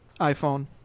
iPhone